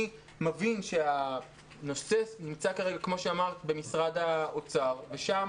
אני מבין שהנושא נמצא כרגע במשרד האוצר ושם